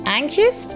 Anxious